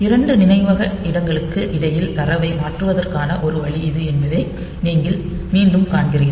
2 நினைவக இடங்களுக்கு இடையில் தரவை மாற்றுவதற்கான ஒரு வழி இது என்பதை நீங்கள் மீண்டும் காண்கிறீர்கள்